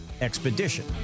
Expedition